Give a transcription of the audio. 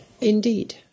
Indeed